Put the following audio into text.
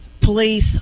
police